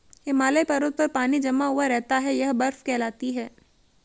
हिमालय पर्वत पर पानी जमा हुआ रहता है यह बर्फ कहलाती है